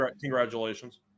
congratulations